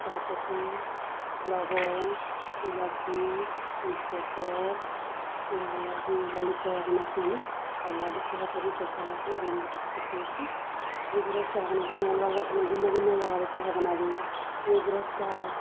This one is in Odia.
ଚାହାପତି ଲବଙ୍ଗ ଇଲାଚି ତେଜପତର ଦେଇଗଲା ଯେ ଲାଲି ଚାହା ବନାସୁଁ ଆମେ ଆଉ ଲାଲି ଚାହା ପରି କରସାରଲା ପରେ ଲେମ୍ବୁ ଟିକି ଚିଡ଼ିକିସୁ ଆପଣ ଗୁ୍ରସ୍ ଚାହା ବନାସୁ ଅଲଗା ଅଲଗାଠାନେ ଭିନ୍ନ ଭିନ୍ନ ଜାଗାରେ ଚାହା ବନାବେ ଗୁରସ୍ ଚାହା